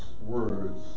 words